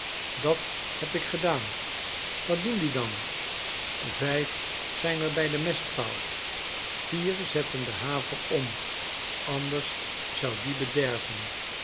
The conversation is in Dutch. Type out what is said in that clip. dat heb ik gedaan wat doen die dan vijf zijn er bij de mestvaalt vier zetten de haver om anders zou die bederven